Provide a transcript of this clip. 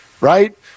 right